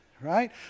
right